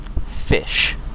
fish